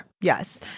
Yes